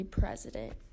president